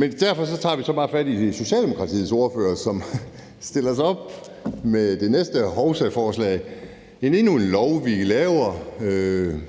kage. Derfor tager vi så bare fat i Socialdemokratiets ordfører, som stiller sig op med det næste hovsaforslag. Det er endnu en lov, vi laver, for noget,